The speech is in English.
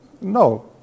No